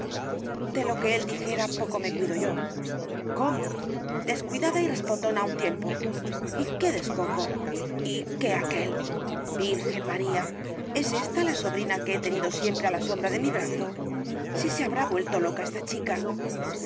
de lo que él dijera poco me cuido yo cómo descuidada y respondona á un tiempo y qué descoco y qué aquél virgen maría es ésta la sobrina que he tenido siempre á la sombra de mi brazo si se habrá vuelto loca esta chica